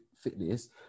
fitness